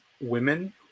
women